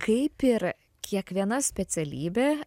kaip ir kiekviena specialybė